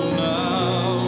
now